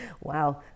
wow